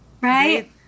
Right